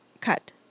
cut